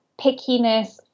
pickiness